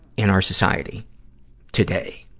in our society today.